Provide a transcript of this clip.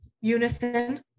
unison